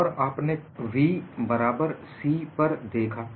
और आपने v बराबर CP पर देखा